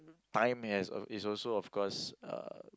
time has is also of course uh